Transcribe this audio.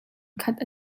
khat